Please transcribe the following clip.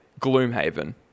Gloomhaven